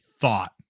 thought